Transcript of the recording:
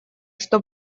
что